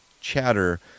chatter